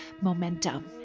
Momentum